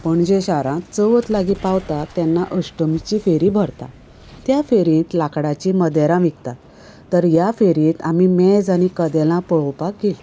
पणजे शारांत चवथ लागी पावता तेन्ना अश्टमीची फेरी भरता त्या फेरयेंत लाकडाचीं मदेरां विकतात तर ह्या फेरयेक आमी मेज आनी कदेलां पळोवपाक गेलीं